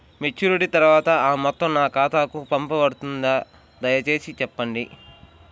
Maturity తర్వాత ఆ మొత్తం నా ఖాతాకు పంపబడుతుందా? దయచేసి చెప్పండి?